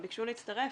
הם ביקשו להצטרף,